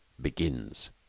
begins